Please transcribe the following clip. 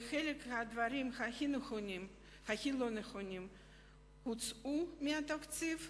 חלק מהדברים הכי לא נכונים הוצאו מהתקציב,